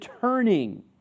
turning